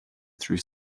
through